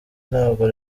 ntabwo